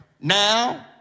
Now